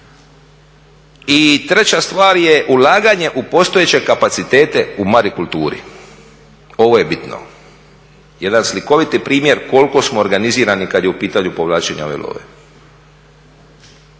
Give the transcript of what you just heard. I treća stvar je ulaganje u postojeće kapaciteti u marikulturi, ovo je bitno. Jedan slikoviti primjer koliko smo organizirani kad je u pitanju povlačenje ove love